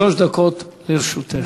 שלוש דקות לרשותך.